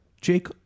Jake